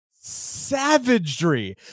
savagery